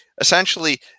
essentially